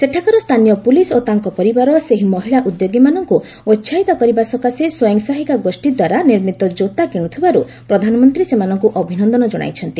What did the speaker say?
ସେଠାକାର ସ୍ଥାନୀୟ ପୁଲିସ୍ ଓ ତାଙ୍କ ପରିବାର ସେହି ମହିଳା ଉଦ୍ୟୋଗୀମାନଙ୍କୁ ଉସାହିତ କରିବା ସକାଶେ ସ୍ୱୟଂ ସହାୟିକା ଗୋଷ୍ଠୀଦ୍ୱାରା ନିର୍ମିତ କୋତା କିଣୁଥିବାରୁ ପ୍ରଧାନମନ୍ତ୍ରୀ ସେମାନଙ୍କୁ ଅଭିନନ୍ଦନ ଜଣାଇଚ୍ଚନ୍ତି